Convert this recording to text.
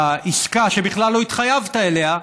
העסקה, שבכלל לא התחייבת אליה,